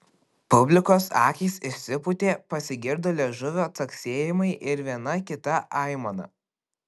publikos akys išsipūtė pasigirdo liežuvio caksėjimai ir viena kita aimana